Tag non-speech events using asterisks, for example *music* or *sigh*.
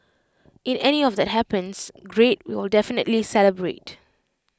if any of that happens great *noise* we will definitely celebrate